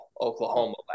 Oklahoma